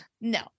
no